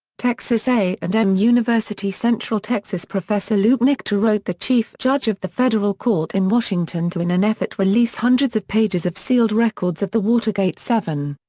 texas a and m university-central texas professor luke nichter wrote the chief judge of the federal court in washington to in an effort release hundreds of pages of sealed records of the watergate seven.